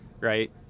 right